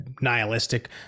nihilistic